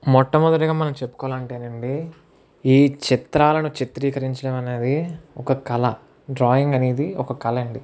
మొట్ట మొదటిగా మనం చెప్పుకోవాలి అంటేనండి ఈ చిత్రాలను చిత్రీకరించడం అనేది ఒక కళ డ్రాయింగ్ అనేది ఒక కళ అండి